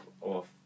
off